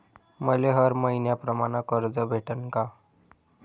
मले हर मईन्याप्रमाणं कर्ज भेटन का?